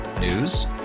News